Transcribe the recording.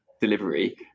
delivery